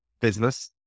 business